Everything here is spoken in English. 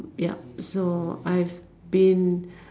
yup so I've been